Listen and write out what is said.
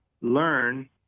learn